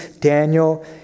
daniel